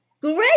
Great